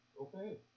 Okay